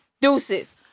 Deuces